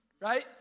right